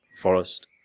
forest